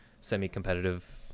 semi-competitive